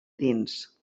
dins